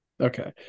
Okay